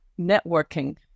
networking